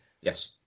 Yes